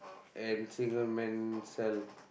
and single man cell